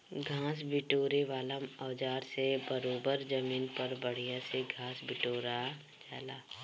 घास बिटोरे वाला औज़ार से बरोबर जमीन पर बढ़िया से घास बिटोरा जाला